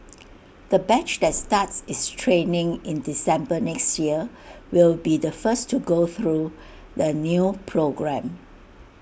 the batch that starts its training in December next year will be the first to go through the new programme